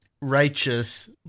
righteous